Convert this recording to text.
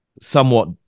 somewhat